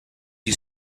you